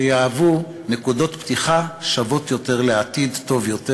יהוו נקודות פתיחה שוות יותר לעתיד טוב יותר.